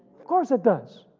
of course it does,